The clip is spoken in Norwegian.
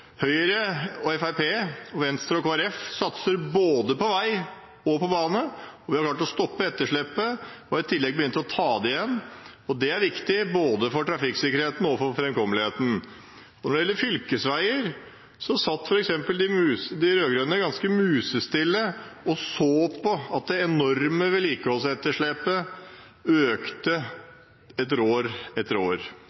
Høyre, Fremskrittspartiet, Venstre og Kristelig Folkeparti satser både på vei og på bane, og vi har klart å stoppe etterslepet og i tillegg begynt å ta det igjen. Det er viktig, både for trafikksikkerheten og for framkommeligheten. Når det gjelder fylkesveier, satt de rød-grønne ganske musestille og så på at det enorme vedlikeholdsetterslepet økte